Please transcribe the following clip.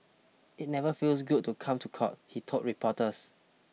it never feels good to come to court he told reporters